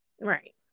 Right